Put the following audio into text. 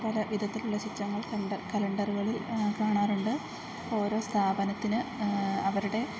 പല വിധത്തിലുള്ള ചിത്രങ്ങൾ കലണ്ടറുകളിൽ കാണാറുണ്ട് ഓരോ സ്ഥാപനത്തിന് അവരുടെ